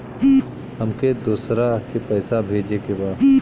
हमके दोसरा के पैसा भेजे के बा?